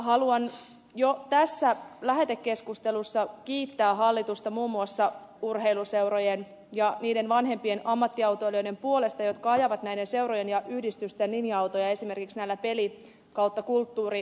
haluan jo tässä lähetekeskustelussa kiittää hallitusta muun muassa urheiluseurojen ja niiden vanhempien ammattiautoilijoiden puolesta jotka ajavat näiden seurojen ja yhdistysten linja autoja esimerkiksi näillä peli ja kulttuurimatkoilla